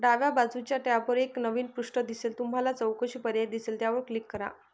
डाव्या बाजूच्या टॅबवर एक नवीन पृष्ठ दिसेल तुम्हाला चौकशी पर्याय दिसेल त्यावर क्लिक करा